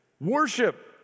Worship